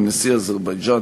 עם נשיא אזרבייג'ן,